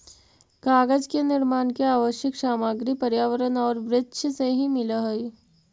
कागज के निर्माण के आवश्यक सामग्री पर्यावरण औउर वृक्ष से ही मिलऽ हई